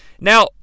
Now